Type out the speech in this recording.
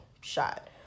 shot